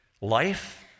Life